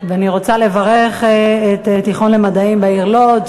אני רוצה לברך את התיכון למדעים בעיר לוד,